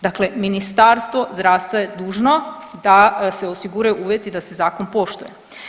Dakle, Ministarstvo zdravstva je dužno da se osiguraju uvjeti da se zakon poštuje.